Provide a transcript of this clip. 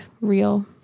real